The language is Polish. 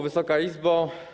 Wysoka Izbo!